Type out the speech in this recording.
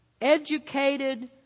educated